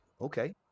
okay